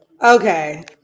Okay